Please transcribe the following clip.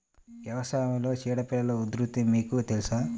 వ్యవసాయంలో చీడపీడల ఉధృతి మీకు తెలుసా?